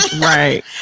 Right